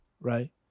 right